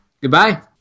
Goodbye